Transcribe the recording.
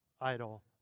idol